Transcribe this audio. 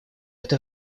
это